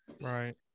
right